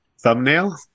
thumbnail